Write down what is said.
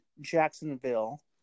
Jacksonville